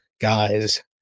guys